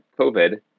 COVID